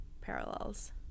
parallels